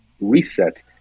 reset